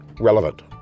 relevant